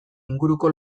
inguruko